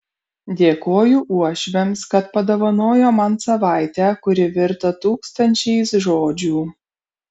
dėkoju uošviams kad padovanojo man savaitę kuri virto tūkstančiais žodžių